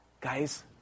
Guys